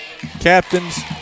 captains